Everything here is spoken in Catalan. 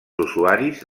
usuaris